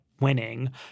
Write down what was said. winning